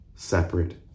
Separate